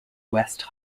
west